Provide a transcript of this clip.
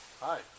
Hi